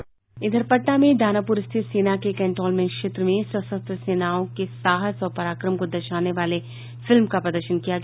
पटना में दानापुर स्थित सेना के कैंटोनमेंट क्षेत्र में सशस्त्र सेनाओं के साहस और पराक्रम को दर्शाने वाले फिल्म का प्रदर्शन किया गया